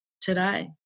today